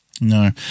No